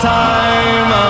time